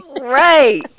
right